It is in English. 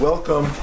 Welcome